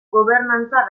gobernantza